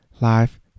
Life